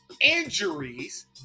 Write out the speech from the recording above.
Injuries